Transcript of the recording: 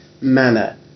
manner